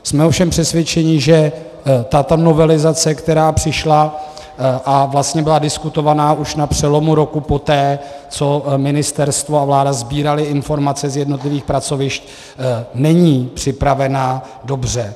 Jsme ovšem přesvědčeni, že tato novelizace, která přišla a vlastně byla diskutována už na přelomu roku poté, co ministerstvo a vláda sbíraly informace z jednotlivých pracovišť, není připravena dobře.